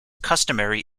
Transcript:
customary